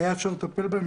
היה אפשר לטפל בהם,